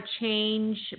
change